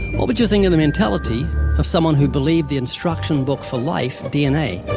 what would you think of the mentality of someone who believed the instruction book for life, dna,